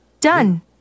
Done